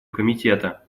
комитета